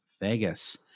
Vegas